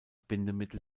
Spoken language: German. bindemittel